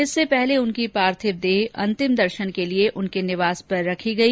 इससे पहले उनकी पार्थिव देह अंतिम दर्शन के लिए उनके निवास पर रखी गई